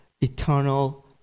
eternal